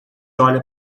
olha